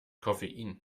koffein